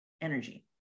energy